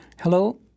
Hello